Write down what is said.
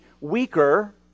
weaker